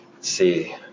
see